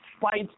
fight